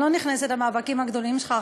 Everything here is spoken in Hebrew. אני לא נכנסת למאבקים הגדולים שלך,